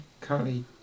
Currently